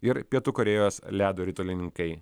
ir pietų korėjos ledo ritulininkai